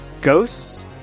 Ghosts